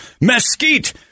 mesquite